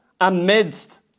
amidst